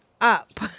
up